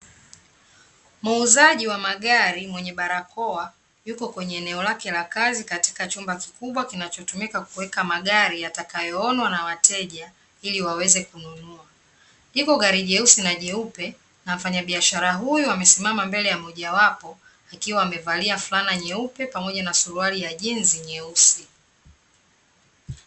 Muuzaji wa magari mwenye barakoa yuko kwenye eneo lake la kazi katika chumba kikubwa kinachotumika kuweka magari yatakayoonwa na wateja, ili waweze kununua. Liko gari jeusi na jeupe, na mfanyabiasahara huyu amesimama mbele ya mojawapo, akiwa amevalia fulana nyeupe, pamoja na suruali ya jinzi nyeusi.